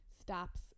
stops